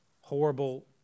Horrible